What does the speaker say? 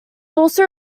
also